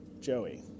Joey